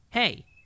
Hey